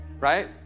right